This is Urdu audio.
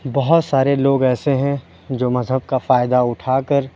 بہت سارے لوگ ایسے ہیں جو مذہب کا فائدہ اُٹھا کر